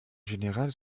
générale